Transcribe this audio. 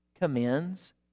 commends